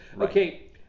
Okay